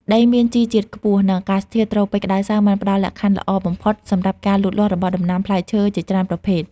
ដីមានជីជាតិខ្ពស់ និងអាកាសធាតុត្រូពិចក្តៅសើមបានផ្តល់លក្ខខណ្ឌល្អបំផុតសម្រាប់ការលូតលាស់របស់ដំណាំផ្លែឈើជាច្រើនប្រភេទ។